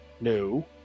No